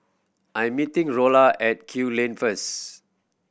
I'm meeting Rolla at Kew Lane first